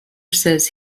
says